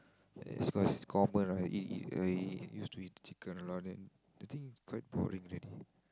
yes cause it's quite common use to eat chicken right I think it's quite boring already